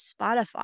Spotify